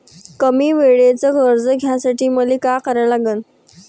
कमी वेळेचं कर्ज घ्यासाठी मले का करा लागन?